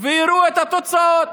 ויראו את התוצאות.